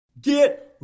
Get